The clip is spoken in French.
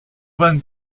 vingt